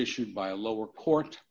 issued by a lower court